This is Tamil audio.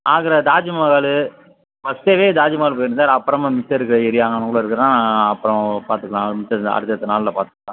ஆக்ரா தாஜ்மஹால் ஃபஸ்ட் டேவே தாஜ்மஹால் போயிடணும் சார் அப்புறமா மிச்சம் இருக்க ஏரியா அங்கனகுள்ளே இருக்கிறதெல்லாம் அப்புறம் பார்த்துக்கலாம் மிச்சம் அடுத்த அடுத்த நாளில் பார்த்துக்கலாம்